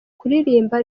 kuririmba